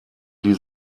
die